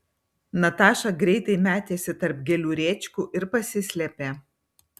nataša greitai metėsi tarp gėlių rėčkų ir pasislėpė